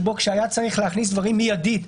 כשהיה צריך להכניס מיידית,